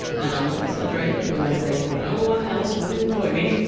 and m not exaggerating when i say no one else would employ me.